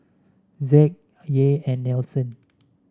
Zack Yair and Nelson